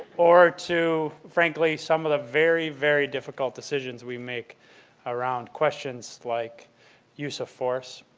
or to frankly some of the very, very difficult decisions we make around questions like use of force,